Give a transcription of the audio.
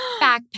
backpack